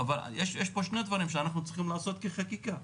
אבל יש פה שני דברים שאנחנו צריכים לעשות כחקיקה.